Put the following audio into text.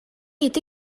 ити